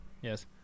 Yes